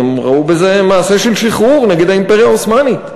כי הם ראו בזה מעשה של שחרור נגד האימפריה העות'מאנית.